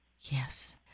Yes